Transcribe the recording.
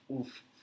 Oof